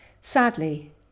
Sadly